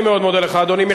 אני מאוד מודה לך, אדוני.